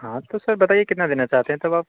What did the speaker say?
हाँ तो सर बताइए कितना देना चाहते हैं तब आप